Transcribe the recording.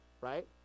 right